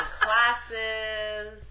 classes